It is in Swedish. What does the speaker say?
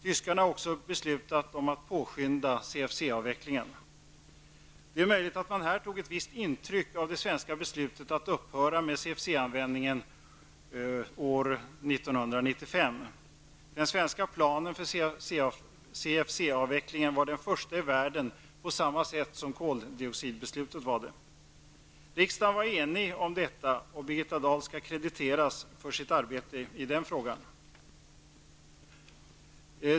Tyskarna har också beslutat påskynda Det är möjligt att man här tog ett visst intryck av det svenska beslutet att upphöra med CFC CFC-avveckling var den första i världen på samma sätt som koldioxidbeslutet var det. Riksdagen var enig om detta, och Birgitta Dahl skall krediteras för sitt arbete i denna fråga.